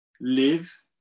live